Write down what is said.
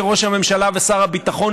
כראש הממשלה ושר הביטחון,